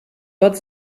dort